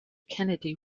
kennedy